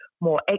more